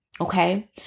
Okay